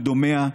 ודומיה,